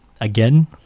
again